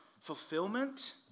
fulfillment